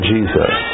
Jesus